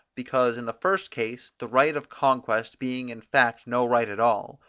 because, in the first case, the right of conquest being in fact no right at all,